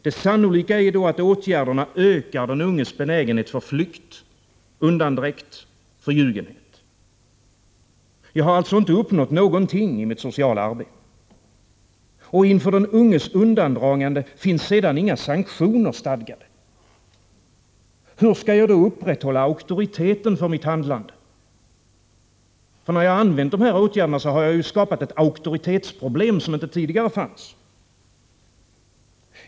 Det sannolika är då, att åtgärderna ökar den unges benägenhet för flykt, undandräkt och förljugenhet. Jag har alltså inte uppnått någonting i mitt sociala arbete. Inför den unges undandragande finns sedan inga sanktioner stadgade. Hur skall jag då upprätthålla auktoriteten för mitt handlande? När jag har använt de här åtgärderna har jag ju skapat ett auktoritetsproblem som inte tidigare fanns.